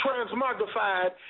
transmogrified